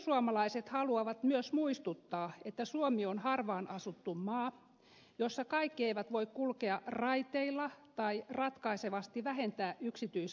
perussuomalaiset haluavat myös muistuttaa että suomi on harvaanasuttu maa jossa kaikki eivät voi kulkea raiteilla tai ratkaisevasti vähentää yksityisautoiluaan